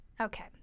Okay